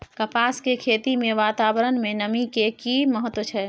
कपास के खेती मे वातावरण में नमी के की महत्व छै?